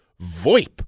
VoIP